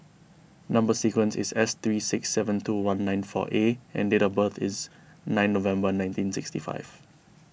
Number Sequence is S three six seven two one nine four A and date of birth is nine November nineteen sixty five